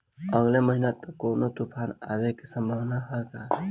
अगले महीना तक कौनो तूफान के आवे के संभावाना है क्या?